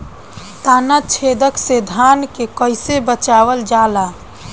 ताना छेदक से धान के कइसे बचावल जाला?